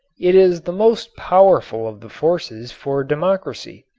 it is the most powerful of the forces for democracy.